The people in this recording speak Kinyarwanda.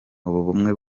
ubumwe